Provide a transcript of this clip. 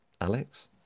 Alex